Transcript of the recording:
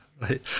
right